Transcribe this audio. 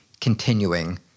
continuing